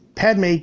Padme